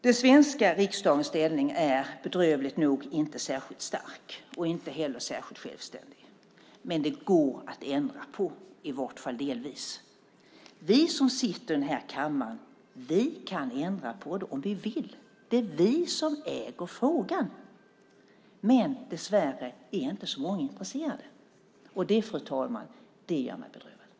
Den svenska riksdagens ställning är bedrövligt nog inte särskilt stark och inte heller särskilt självständig, men det går att ändra på, i varje fall delvis. Vi som sitter i den här kammaren kan ändra på det om vi vill. Det är vi som äger frågan, men dessvärre är inte så många intresserade, och det, fru talman, gör mig bedrövad.